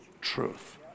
truth